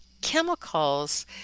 chemicals